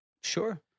Sure